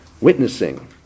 witnessing